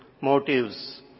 motives